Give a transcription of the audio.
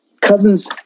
Cousins